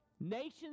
nations